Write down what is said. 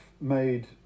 made